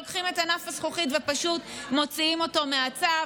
לוקחים את ענף הזכוכית ופשוט מוציאים אותו מהצו.